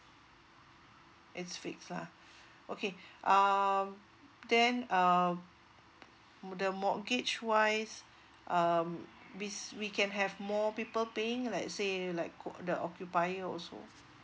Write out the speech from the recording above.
it's fixed ah okay um then um the mortgage wise um this we can have more people paying like say like co the occupyier also